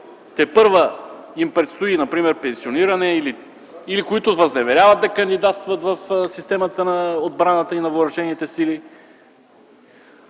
тепърва им предстои пенсиониране или възнамеряват да кандидатстват в системата на отбраната и Въоръжените сили.